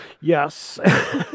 Yes